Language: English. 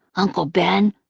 uncle ben,